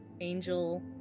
Angel